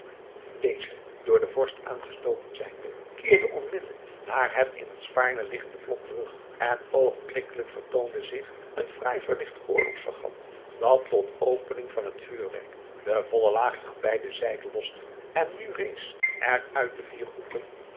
deze door den vorst aangestoken zijnde keerde onmiddellijk naar het in het spaarne liggende vlot terug en oogenblikkelijk vertoonde zich een fraai verlicht oorlogsfregat dat tot opening van het vuurwerk de volle laag aan beide zijden loste en nu rees er uit de vier hoeken